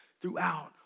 throughout